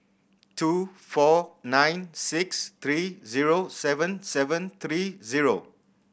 two four nine six three zero seven seven three zero